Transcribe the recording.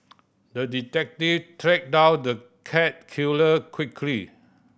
the detective tracked down the cat killer quickly